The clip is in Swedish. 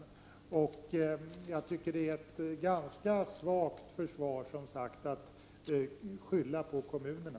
Jag tycker, som sagt, att det är ett ganska svagt försvar att försöka lägga det ansvaret på kommunerna.